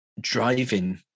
driving